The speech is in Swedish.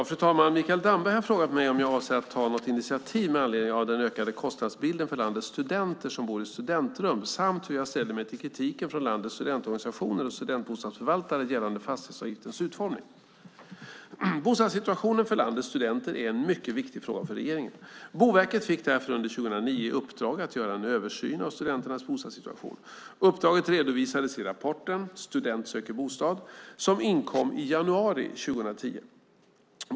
Fru talman! Mikael Damberg har frågat mig om jag avser att ta något initiativ med anledning den ökande kostnadsbilden för landets studenter som bor i studentrum samt hur jag ställer mig till kritiken från landets studentorganisationer och studentbostadsförvaltare gällande fastighetsavgiftens utformning. Bostadssituationen för landets studenter är en mycket viktig fråga för regeringen. Boverket fick därför under 2009 i uppdrag att göra en översyn av studenternas bostadssituation. Uppdraget redovisades i rapporten Student söker bostad, som inkom i januari 2010.